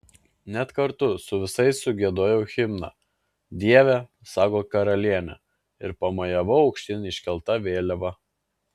net kartu su visais sugiedojau himną dieve saugok karalienę ir pamojavau aukštyn iškelta vėliava